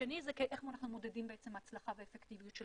השנייה כיצד אנחנו מודדים בעצם הצלחה ואפקטיביות של